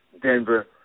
Denver